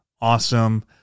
awesome